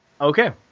Okay